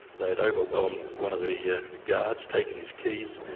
they'd overwhelmed one of the yeah guards, taken his keys,